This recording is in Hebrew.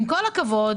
עם כל הכבוד,